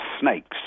snakes